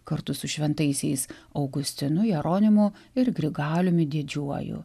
kartu su šventaisiais augustinu jeronimu ir grigaliumi didžiuoju